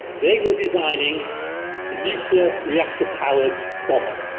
they were designing a nuclear reactor powered bomber.